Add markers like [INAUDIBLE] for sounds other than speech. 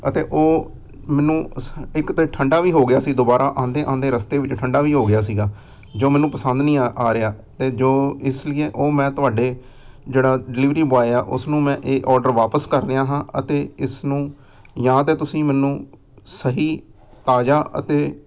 ਅਤੇ ਉਹ ਮੈਨੂੰ [UNINTELLIGIBLE] ਇੱਕ ਤਾਂ ਠੰਡਾ ਵੀ ਹੋ ਗਿਆ ਸੀ ਦੁਬਾਰਾ ਆਉਂਦੇ ਆਉਂਦੇ ਰਸਤੇ ਵਿੱਚ ਠੰਡਾ ਵੀ ਹੋ ਗਿਆ ਸੀਗਾ ਜੋ ਮੈਨੂੰ ਪਸੰਦ ਨਹੀਂ ਆ ਆ ਰਿਹਾ ਤਾਂ ਜੋ ਇਸ ਲੀਏ ਉਹ ਮੈਂ ਤੁਹਾਡੇ ਜਿਹੜਾ ਡਿਲੀਵਰੀ ਬੋਆਏ ਆ ਉਸ ਨੂੰ ਮੈਂ ਇਹ ਔਡਰ ਵਾਪਸ ਕਰ ਰਿਹਾ ਹਾਂ ਅਤੇ ਇਸ ਨੂੰ ਜਾਂ ਤਾਂ ਤੁਸੀਂ ਮੈਨੂੰ ਸਹੀ ਤਾਜ਼ਾ ਅਤੇ